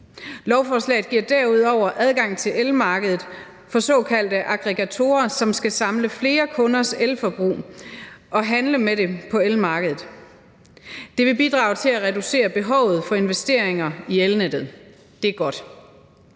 Lovforslaget giver derudover adgang til elmarkedet for såkaldte aggregatorer, som skal samle flere kunders elforbrug og handle med dem på elmarkedet. Det vil bidrage til at reducere behovet for investeringer i elnettet. Det er godt.